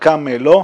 חלקם לא.